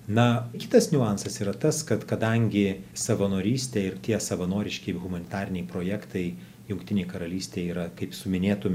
na kitas niuansas yra tas kad kadangi savanorystė ir tie savanoriški humanitariniai projektai jungtinei karalystei yra kaip su minėtu